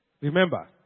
Remember